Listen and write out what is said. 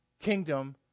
kingdom